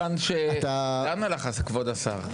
לאן הלך כבוד השר?